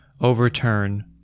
overturn